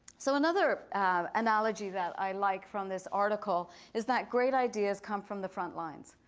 so another analogy that i like from this article is that great ideas come from the front lines.